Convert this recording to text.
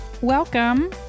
welcome